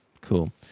Cool